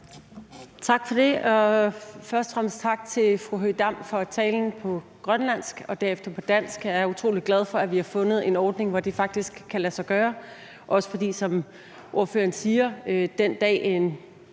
Tak for det. Først og fremmest tak til fru Aki-Matilda Høegh-Dam for talen på grønlandsk og derefter på dansk. Jeg er utrolig glad for, at vi har fundet frem til en ordning, hvor det faktisk kan lade sig gøre, også fordi, som ordføreren siger, at den dag, en